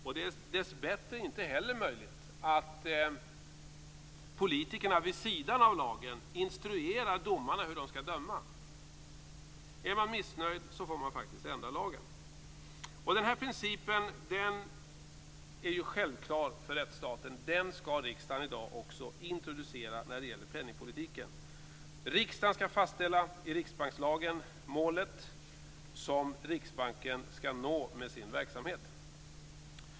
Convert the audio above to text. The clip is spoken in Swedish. Det är dessbättre inte heller möjligt att politikerna vid sidan av lagen instruerar domarna hur du skall döma. Är man missnöjd får man faktiskt ändra lagen. Den här principen är självklar för rättsstaten. Den skall riksdagen i dag också introducera när det gäller penningpolitiken. Riksdagen skall i riksbankslagen fastställa målet som Riksbanken skall nå med sin verksamhet.